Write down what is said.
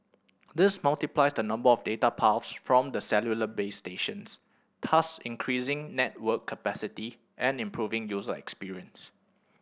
this multiplies the number of data paths from the cellular base stations thus increasing network capacity and improving user experience